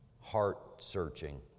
heart-searching